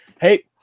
hey